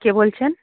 কে বলছেন